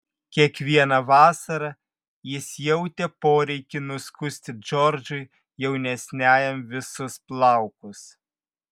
kiekvieną vasarą jis jautė poreikį nuskusti džordžui jaunesniajam visus plaukus